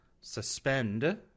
suspend